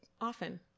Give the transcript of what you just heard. Often